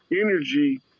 energy